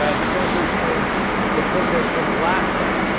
ah this also explains the protest from last night.